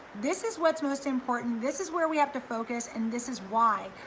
this is what's most important, this is where we have to focus and this is why.